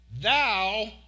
thou